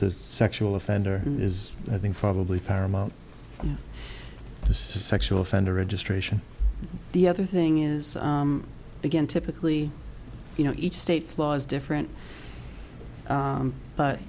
the sexual offender is i think probably paramount to sexual offender registration the other thing is again typically you know each state's laws different